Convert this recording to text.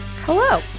Hello